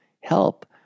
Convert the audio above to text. help